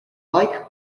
like